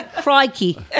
crikey